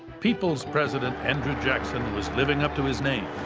people's president andrew jackson was living up to his name.